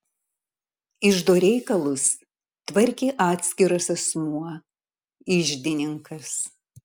iždo reikalus tvarkė atskiras asmuo iždininkas